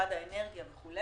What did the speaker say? במשרד האנרגיה וכו',